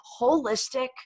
holistic